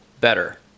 better